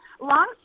long